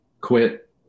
quit